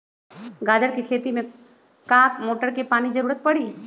गाजर के खेती में का मोटर के पानी के ज़रूरत परी?